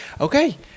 Okay